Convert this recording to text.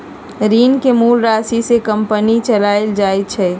ऋण के मूल राशि से कंपनी चलाएल जाई छई